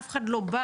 אף אחד לא בא